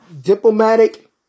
Diplomatic